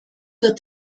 wird